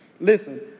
Listen